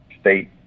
state